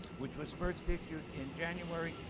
which was first issued in january,